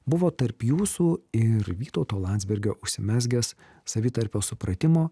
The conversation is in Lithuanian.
buvo tarp jūsų ir vytauto landsbergio užsimezgęs savitarpio supratimo